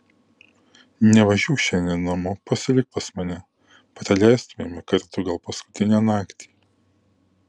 nevažiuok šiandien namo pasilik pas mane praleistumėme kartu gal paskutinę naktį